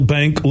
Bank